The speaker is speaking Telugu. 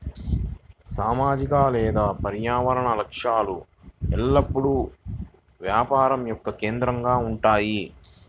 సామాజిక లేదా పర్యావరణ లక్ష్యాలు ఎల్లప్పుడూ వ్యాపారం యొక్క కేంద్రంగా ఉంటాయి